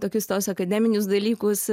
tokius tos akademinius dalykus